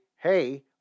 hey